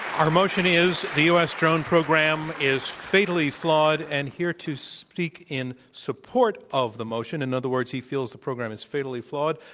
our motion is the u. s. drone program is fatally flawed, and here to speak in support of the motion, in other words, he feels the program is fatally flawed,